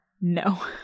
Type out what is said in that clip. No